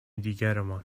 دیگرمان